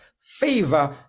favor